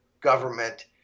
government